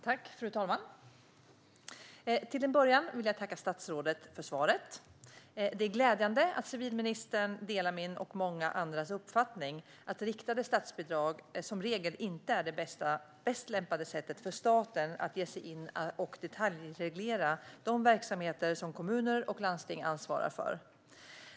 Fru talman! Till en början vill jag tacka statsrådet för svaret. Det är glädjande att civilministern delar min och många andras uppfattning: att riktade statsbidrag som regel inte är det bästa sättet för staten att ge sig in och detaljreglera de verksamheter som kommuner och landsting ansvarar för.